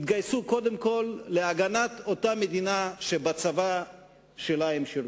התגייסו קודם כול להגנת אותה מדינה שבצבא שלה הם שירתו,